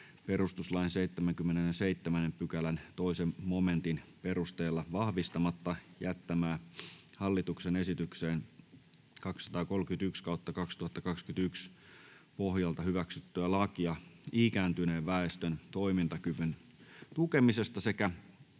perustuslain 77 §:n 2 momentin perusteella vahvistamatta jättämää hallituksen esitykseen HE 231/2021 vp pohjalta hyväksyttyä lakia ikääntyneen väestön toimintakyvyn tukemisesta sekä